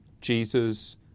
Jesus